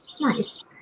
Nice